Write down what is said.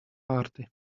party